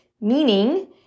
meaning